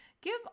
Give